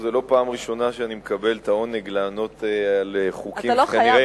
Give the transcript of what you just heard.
זו לא הפעם הראשונה שאני מקבל את העונג לענות על חוקים שכנראה,